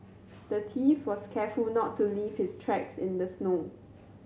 the thief was careful to not leave his tracks in the snow